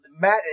Matt